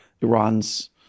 Iran's